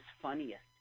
funniest